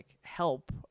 help